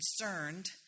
concerned